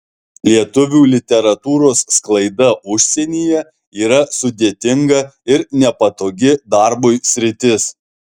lietuvių literatūros sklaida užsienyje yra sudėtinga ir nepatogi darbui sritis